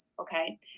Okay